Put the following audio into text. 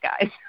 guys